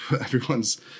everyone's